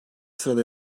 sırada